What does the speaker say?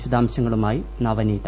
വിശദാംശങ്ങളുമായി നവനീത